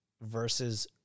versus